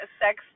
sex